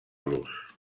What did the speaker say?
los